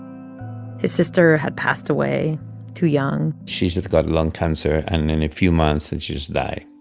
his sister had passed away too young she she just got lung cancer. and in a few months, and she just die.